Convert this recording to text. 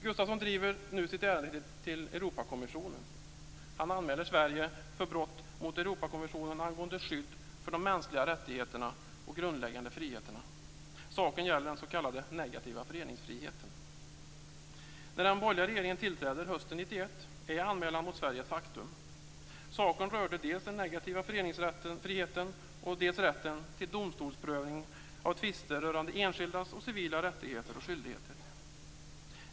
Gustafsson driver nu sitt ärende till Europakommissionen. Han anmäler Sverige för brott mot Europakonventionen angående skydd för de mänskliga rättigheterna och grundläggande friheterna. Saken gäller den s.k. negativa föreningsfriheten. 1991 är anmälan mot Sverige ett faktum. Saken rörde dels den negativa föreningsfriheten, dels rätten till domstolsprövning av tvister rörande enskildas civila rättigheter och skyldigheter.